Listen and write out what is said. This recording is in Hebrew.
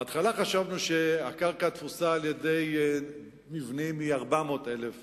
בהתחלה חשבנו שהקרקע התפוסה על-ידי מבנים היא 400,000 דונם,